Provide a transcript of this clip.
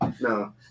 no